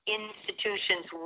institutions